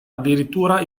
addirittura